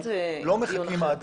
אנחנו לא מסתמכים רק על